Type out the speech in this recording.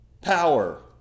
power